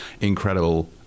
incredible